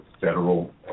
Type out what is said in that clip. federal